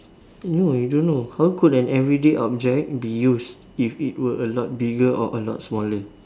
no I don't know how an everyday object be used if it were a lot bigger or a lot smaller